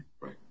Right